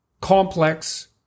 complex